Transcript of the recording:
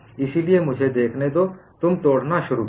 इसलिए मुझे देखने दो तुम तोड़ना शुरू करो